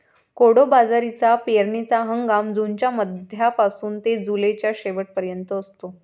कोडो बाजरीचा पेरणीचा हंगाम जूनच्या मध्यापासून ते जुलैच्या शेवट पर्यंत असतो